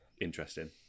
interesting